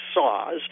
saws